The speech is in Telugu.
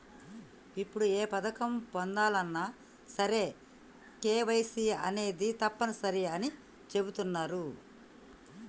ఇప్పుడు ఏ పథకం పొందాలన్నా సరే కేవైసీ అనేది తప్పనిసరి అని చెబుతున్నరు